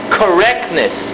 correctness